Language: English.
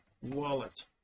wallet